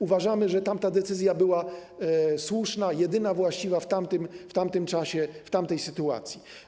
Uważamy, że tamta decyzja była słuszna, jedyna właściwa w tamtym czasie, w tamtej sytuacji.